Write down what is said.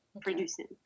producing